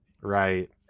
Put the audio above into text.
right